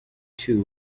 two